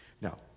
Now